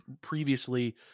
previously